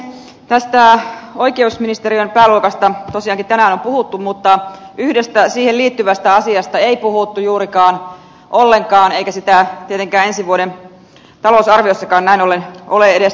tästä oikeusministeriön pääluokasta tosiaankin tänään on puhuttu mutta yhdestä siihen liittyvästä asiasta ei puhuttu juuri ollenkaan eikä sitä tietenkään ensi vuoden talousarviossakaan näin ollen ole edes näkyvissä